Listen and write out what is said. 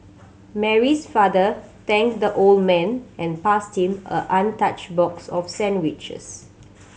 Mary's father thanked the old man and passed him a an untouched box of sandwiches